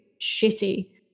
shitty